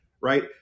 right